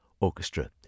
Orchestra